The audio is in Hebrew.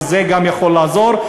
וזה גם יכול לעזור,